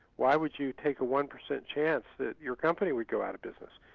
why would you take a one percent chance that your company would go out of business?